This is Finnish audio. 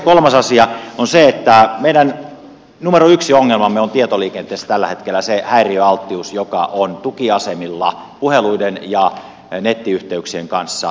kolmas asia on se että meidän ongelmamme numero yksi tietoliikenteessä on täällä hetkellä se häiriöalttius joka on tukiasemilla puheluiden ja nettiyhteyksien kanssa